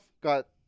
got